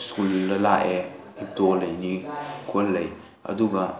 ꯁ꯭ꯀꯨꯜꯗ ꯂꯥꯛꯑꯦ ꯍꯤꯞꯇꯣꯛꯑ ꯂꯩꯅꯤ ꯈꯣꯠ ꯂꯩ ꯑꯗꯨꯒ